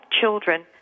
children